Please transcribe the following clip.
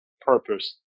purpose